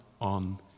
on